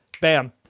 bam